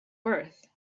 worth